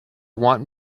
want